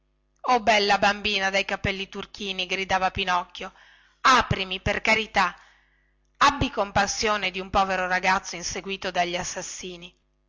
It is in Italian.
o bella bambina dai capelli turchini gridava pinocchio aprimi per carità abbi compassione di un povero ragazzo inseguito dagli assass